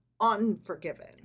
unforgiven